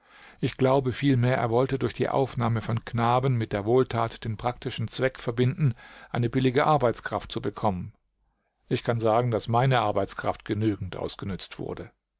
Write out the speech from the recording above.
ich glaube vielmehr er wollte durch die aufnahme von knaben mit der wohltat den praktischen zweck verbinden eine billige arbeitskraft zu bekommen ich kann sagen daß meine arbeitskraft genügend ausgenützt wurde